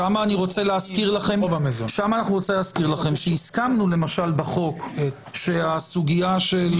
שם אני רוצה להזכיר לכם שהסכמנו למשל בחוק שהסוגיה של